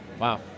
Wow